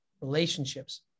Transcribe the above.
relationships